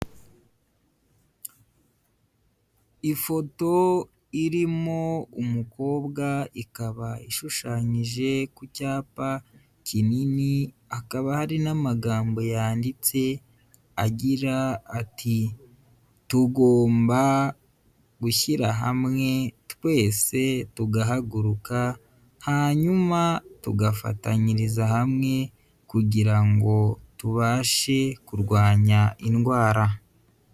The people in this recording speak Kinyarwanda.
Ifoto irimo umukobwa, ikaba ishushanyije ku cyapa kinini, hakaba hari n'amagambo yanditse agira ati: "Tugomba gushyira hamwe twese tugahaguruka hanyuma tugafatanyiriza hamwe kugira ngo tubashe kurwanya indwara."